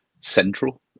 central